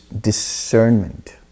discernment